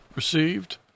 received